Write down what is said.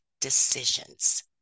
decisions